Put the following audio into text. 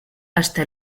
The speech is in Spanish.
hasta